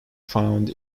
found